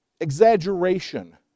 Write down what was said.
exaggeration